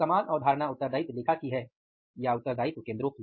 समान अवधारणा उत्तरदायित्व लेखा की है या उत्तरदायित्व केंद्रों की